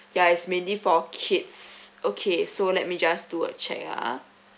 yeah it's mainly for kids okay so let me just do a check ah